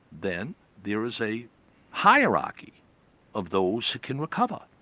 then there is a hierarchy of those who can recover.